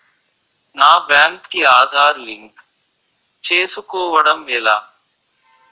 నా బ్యాంక్ కి ఆధార్ లింక్ చేసుకోవడం ఎలా?